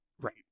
Right